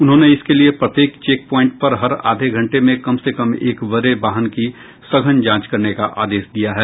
उन्होंने इसके लिये प्रत्येक चेक पोस्ट पर हर आधे घंटे में कम से कम एक बड़े वाहन की सघन जांच करने का आदेश दिया है